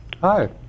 hi